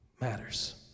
matters